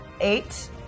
Eight